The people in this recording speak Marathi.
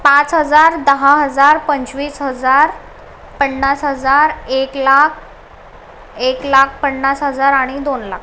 पाच हजार दहा हजार पंचवीस हजार पन्नास हजार एक लाख एक लाख पन्नास हजार आणि दोन लाख